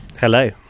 Hello